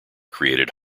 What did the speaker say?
created